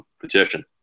petition